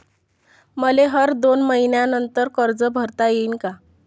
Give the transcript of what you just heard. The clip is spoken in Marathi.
मले हर दोन मयीन्यानंतर कर्ज भरता येईन का?